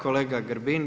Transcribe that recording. Kolega Grbin.